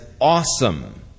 awesome